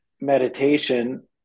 meditation